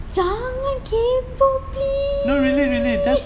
jangan kaypoh please